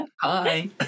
Hi